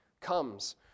comes